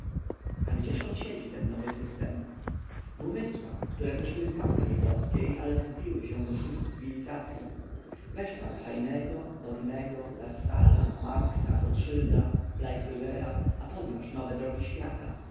a gdzież on siedzi ten nowy system w umysłach które wyszły z masy żydowskiej ale wzbiły się do szczytów cywilizacyi weź pan heinego bornego lassala marxa rotszylda bleichrdera a poznasz nowe drogi świata